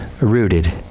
rooted